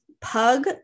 pug